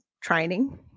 training